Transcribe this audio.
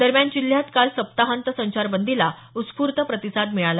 दरम्यान जिल्ह्यात काल सप्ताहांत संचारबंदीला उत्स्फूर्त प्रतिसाद मिळाला